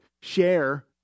share